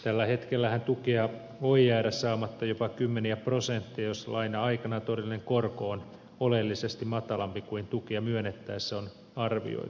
tällä hetkellähän tukea voi jäädä saamatta jopa kymmeniä prosentteja jos laina aikana todellinen korko on oleellisesti matalampi kuin tukia myönnettäessä on arvioitu